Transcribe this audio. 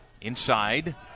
Inside